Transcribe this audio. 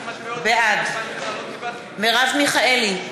בעד מרב מיכאלי,